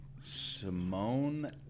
Simone